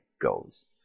goes